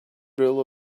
rule